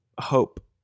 hope